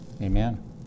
Amen